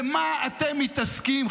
במה אתם מתעסקים?